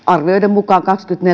mukaan kaksikymmentä viiva neljäkymmentä